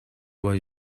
what